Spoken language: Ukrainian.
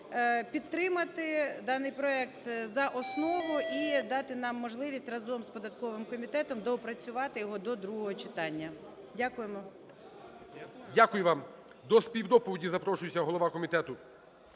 підтримати даний проект за основу і дати нам можливість разом з податковим комітетом доопрацювати його до другого читання. Дякуємо. ГОЛОВУЮЧИЙ. Дякую вам. До співдоповіді запрошується голова комітету